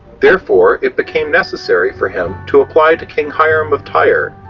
therefore it became necessary for him to apply to king hiram of tyre,